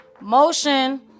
Motion